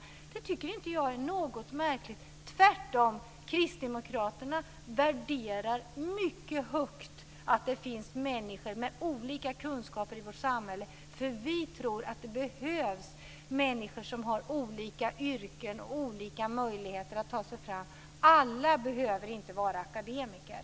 Det tycker jag inte är märkligt. Tvärtom värderar kristdemokraterna det faktum att det finns människor med olika kunskaper i vårt samhälle mycket högt. Vi tror att det behövs människor som har olika yrken och olika möjligheter att ta sig fram. Alla behöver inte vara akademiker.